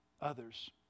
others